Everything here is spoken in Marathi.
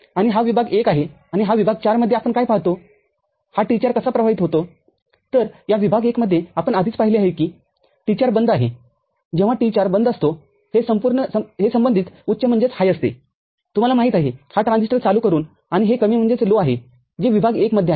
आणि हा विभाग I आहे आणि विभाग IV मध्ये आपण काय पाहतो हा T४ कसा प्रवाहित होतो तरया विभाग I मध्येआपण आधीच पाहिले आहे की T४ बंद आहेजेव्हा T४ बंद असतो हे संबंधित उच्च असते तुम्हाला माहीत आहेहा ट्रान्झिस्टरचालू करून आणि हे कमी आहेजे विभाग I मध्ये आहे